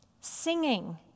singing